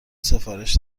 سفارش